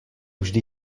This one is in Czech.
vždy